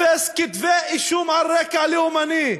אפס כתבי אישום על רקע לאומני.